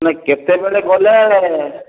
ନାଇଁ କେତେବେଳେ ଗଲେ